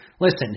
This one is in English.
Listen